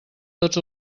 tots